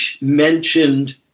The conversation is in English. mentioned